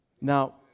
Now